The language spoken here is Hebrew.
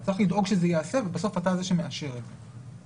הוא צריך לדאוג שזה ייעשה ובסוף אתה זה שמאשר את זה.